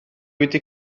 wedi